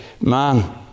man